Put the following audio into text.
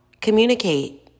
communicate